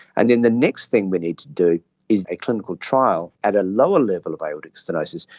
and then the next thing we need to do is a clinical trial at a lower level of aortic stenosis.